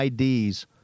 IDs